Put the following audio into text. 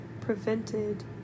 prevented